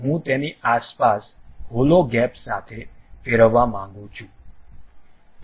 તેથી આ હું તેની આસપાસ હોલો ગેપ સાથે ફેરવવા માંગું છું